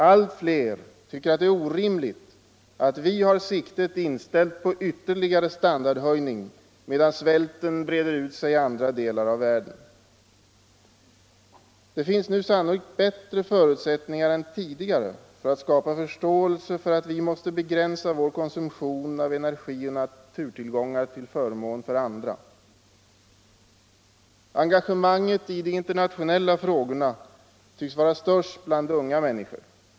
Allt fler tycker att det är orimligt att vi har siktet inställt på ytterligare standardhöjning medan svälten breder ut sig i andra delar av världen. Det finns nu sannolikt bättre förutsättningar än tidigare för att skapa förståelse för att vi måste begränsa vår konsumtion av energi och naturtillgångar till förmån för andra. Engagemanget i de internationella frågorna tycks vara störst bland unga människor.